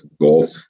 golf